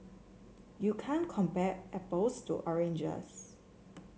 you can't compare apples to oranges